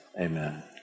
amen